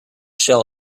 shell